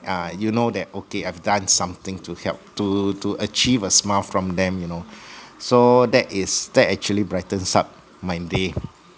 ah you know that okay I've don't something to help to to achieve a smile from them you know so that is that actually brightens up my day